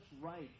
right